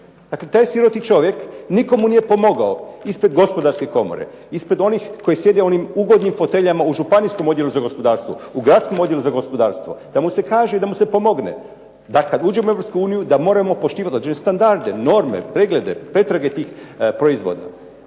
Dakle, taj siroti čovjek nitko mu nije pomogao ispred Gospodarske komore, ispred onih koji sjede u onim ugodnim foteljama u županijskom Odjelu za gospodarstvo, u gradskom Odjelu za gospodarstvo da mu se kaže, da mu se pomogne da kad uđemo u Europsku uniju da moramo poštivati određene standarde, norme, preglede, pretrage tih proizvoda.